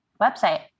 website